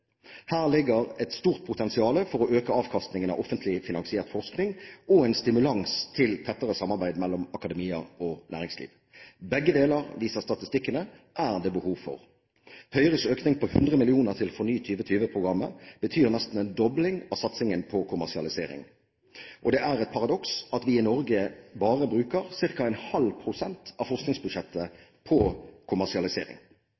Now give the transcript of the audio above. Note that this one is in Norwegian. Her ligger et stort potensial for å øke avkastningen av offentlig finansiert forskning, og en stimulans til tettere samarbeid mellom akademia og næringsliv. Begge deler – viser statistikkene – er det behov for. Høyres økning på 100 mill. kr til FORNY 2020-programmet betyr nesten en dobling av satsingen på kommersialisering. Det er et paradoks at vi i Norge bare bruker ca. ½ pst. av